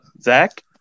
Zach